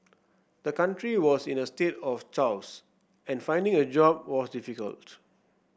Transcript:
the country was in a state of chaos and finding a job was difficult